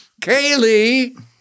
Kaylee